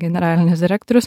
generalinis direktorius